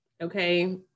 Okay